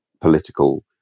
political